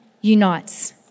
unites